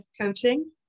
Coaching